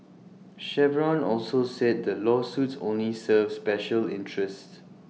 Chevron also said the lawsuits only serve special interests